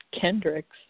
Kendricks